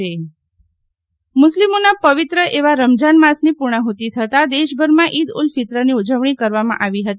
શિતલ વૈશ્નવ ઈદ ઉલ ફિત્રની ઉજવણી મુસ્લિમોના પવિત્ર એવા રમઝાન માસની પૂર્ણાહૂતિ થતાં દેશભરમાં ઈદ ઉલ ફિત્રની ઉજવણી કરવામાં આવી હતી